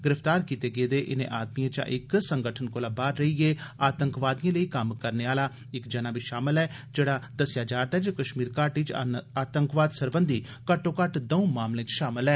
गिरफ्तार कीते गेदे इनें आदमियें च संगठन कोला बाहर रेइयै आतंकवादियें लेई कम्म करने आला इक जना बी शामल ऐ जेड़ा दस्सेया जा रदा ऐ जे कश्मीर घाटी च आतंकवाद सरबंधी घट्टो घटट् दंऊ मामलें च शामल ऐ